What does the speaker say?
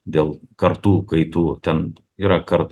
dėl kartų kaitų ten yra kart